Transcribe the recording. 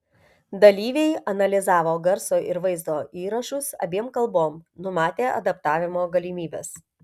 dalyviai analizavo garso ir vaizdo įrašus abiem kalbom numatė adaptavimo galimybes